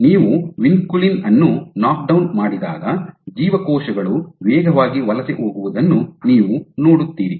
ನೀವು ವಿನ್ಕುಲಿನ್ ಅನ್ನು ನಾಕ್ಡೌನ್ ಮಾಡಿದಾಗ ಜೀವಕೋಶಗಳು ವೇಗವಾಗಿ ವಲಸೆ ಹೋಗುವುದನ್ನು ನೀವು ನೋಡುತ್ತೀರಿ